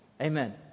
Amen